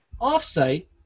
off-site